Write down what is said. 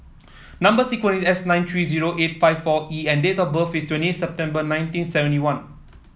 number sequence is S seven nine three zero eight five four E and date of birth is twenty eight September nineteen seventy one